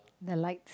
the light